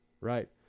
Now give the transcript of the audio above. right